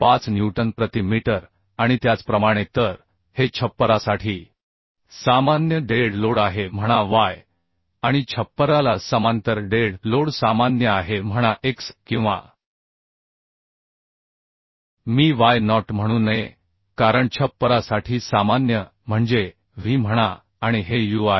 5 newton प्रति metre होईल आणि त्याचप्रमाणे तर हे छप्परासाठी सामान्य डेड लोड आहे म्हणा y आणि छप्पराला समांतर डेड लोड सामान्य आहे म्हणा x किंवा मी y नॉट म्हणू नये कारण छप्परासाठी सामान्य म्हणजे v म्हणा आणि हे uआहे